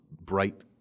bright